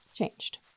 changed